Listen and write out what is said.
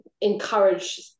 encourage